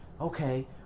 okay